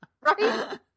Right